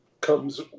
comes